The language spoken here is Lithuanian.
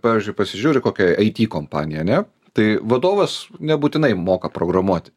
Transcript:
pavyzdžiui pasižiūri kokia it kompanija ane tai vadovas nebūtinai moka programuoti